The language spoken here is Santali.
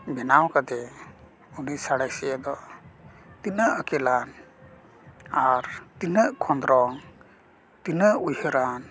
ᱵᱮᱱᱟᱣ ᱠᱟᱫᱮ ᱩᱱᱤ ᱥᱟᱬᱮᱥᱤᱭᱟᱹ ᱫᱚ ᱛᱤᱱᱟᱹᱜ ᱟᱹᱠᱤᱞᱟᱱ ᱟᱨ ᱛᱤᱱᱟᱹᱜ ᱠᱷᱚᱸᱫᱽᱨᱚᱝ ᱛᱤᱱᱟᱹᱜ ᱩᱭᱦᱟᱹᱨᱟᱱ